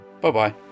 bye-bye